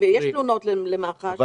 ויש תלונות למח"ש --- את אומרת: שוטרים.